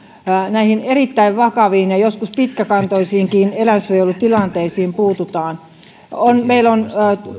näihin erittäin vakaviin ja joskus pitkäkantoisiinkin eläinsuojelutilanteisiin puututaan meillä on